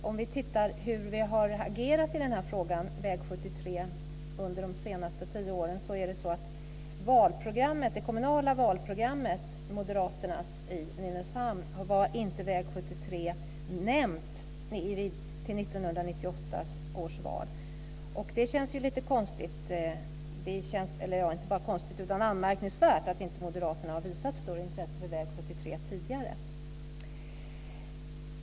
Om vi tittar på hur man har agerat i fråga om väg 73 under de senaste tio åren är det så att i Moderaternas kommunala valprogram i Nynäshamn var inte väg 73 nämnt inför 1998 års val. Det känns anmärkningsvärt att inte Moderaterna har visat större intresse för väg 73 tidigare.